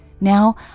Now